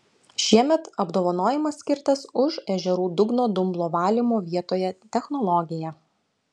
šiemet apdovanojimas skirtas už ežerų dugno dumblo valymo vietoje technologiją